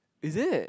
is it